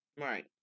Right